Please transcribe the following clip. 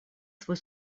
свой